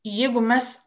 jeigu mes